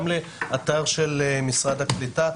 גם לאתר של משרד הקליטה.